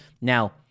Now